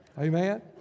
Amen